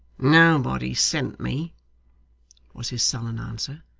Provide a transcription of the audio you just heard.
nobody sent me was his sullen answer.